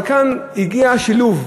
אבל כאן הגיע השילוב,